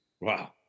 Wow